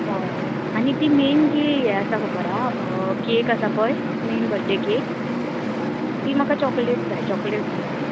हय हय आनी ती मेन जी हे आसा खबर हा केक आसा पय मेन बर्थडे केक ती म्हाका चॉकलेट जाय चॉकलेट फ्लेवर